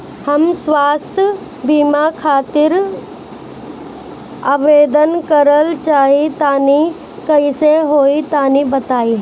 हम स्वास्थ बीमा खातिर आवेदन करल चाह तानि कइसे होई तनि बताईं?